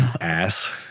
Ass